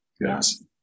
Yes